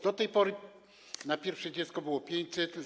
Do tej pory na pierwsze dziecko nie było 500 zł.